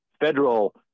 federal